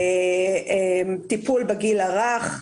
טיפול בגיל הרך,